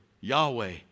Yahweh